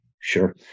Sure